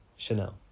Chanel